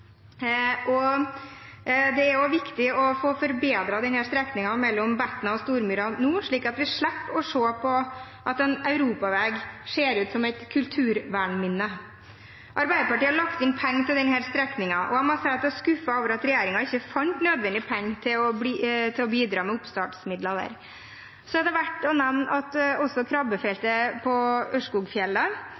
veien. Det er også viktig å få forbedret strekningen mellom Betna og Stormyra nå, slik at vi slipper å se på at en europavei ser ut som et kulturvernminne. Arbeiderpartiet har lagt inn penger til denne strekningen, og jeg må si jeg er skuffet over at regjeringen ikke fant de nødvendige pengene til å bidra med oppstartsmidler der. Så er det verdt å nevne at også krabbefeltet på